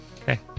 Okay